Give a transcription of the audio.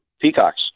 peacocks